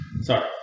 Sorry